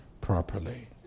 properly